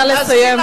נא לסיים.